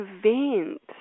prevent